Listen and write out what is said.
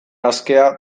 askea